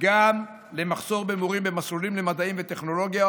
גם למחסור במורים במסלולים למדעים ולטכנולוגיה,